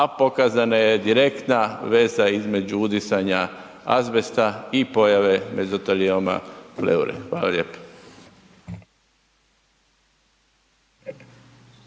a pokazana je direktna veza između udisanja azbesta i pojave mezotelioma pleure, hvala lijepo.